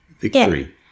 victory